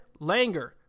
Langer